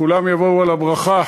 כולם יבואו על הברכה